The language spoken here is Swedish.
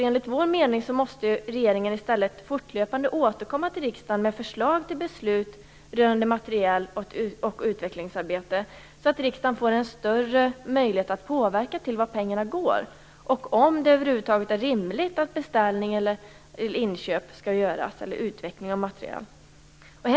Enligt vår mening måste regeringen i stället fortlöpande återkomma till riksdagen med förslag till beslut rörande materiel och utvecklingsarbete så att riksdagen får en större möjlighet att påverka vart pengarna går och bedöma om det över huvud taget är rimligt att beställning, inköp eller utveckling av materiel skall göras.